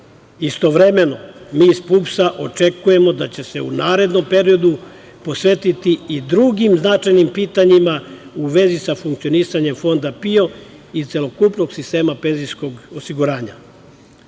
Istovremeno, mi iz PUPS-a očekujemo da će se u narednom periodu posvetiti i drugim značajnim pitanjima u vezi sa funkcionisanjem Fonda PIO i celokupnog sistema penzijskog osiguranja. Zbog